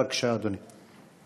בבקשה, אדוני.